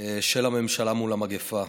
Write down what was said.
של הממשלה מול המגפה.